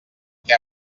que